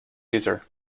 caesar